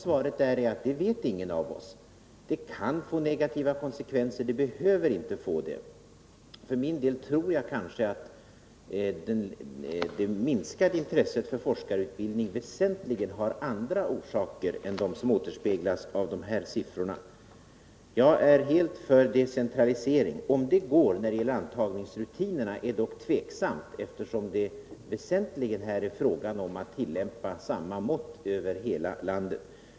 Svaret är att det vet ingen av oss. Den kan få negativa konsekvenser men behöver inte få det. För min det tror jag att det minskade intresset för forskarutbildning väsentligen har andra orsaker än de som återspeglas i de här siffrorna. Jag är helt för decentralisering. Om det går att genomföra en sådan när det gäller antagningsrutinerna är dock tveksamt, eftersom det här väsentligen är fråga om att tillämpa samma mått över hela landet.